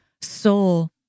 soul